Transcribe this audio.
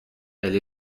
elle